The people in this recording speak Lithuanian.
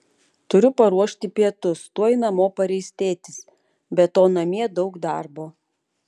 turiu paruošti pietus tuoj namo pareis tėtis be to namie daug darbo